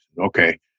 okay